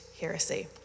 heresy